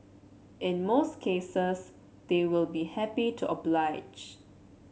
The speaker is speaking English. in most cases they will be happy to oblige